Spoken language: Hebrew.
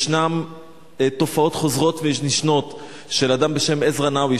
יש תופעות חוזרות ונשנות של אדם בשם עזרא נאווי,